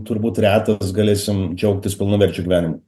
turbūt retas galėsim džiaugtis pilnaverčiu gyvenimu